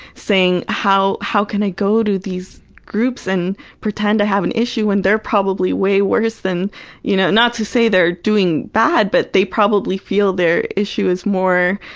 saying, how how can i go to these groups and pretend i have an issue when they're probably way worse than you know not to say they're doing bad, but they probably feel their issue is more,